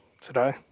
today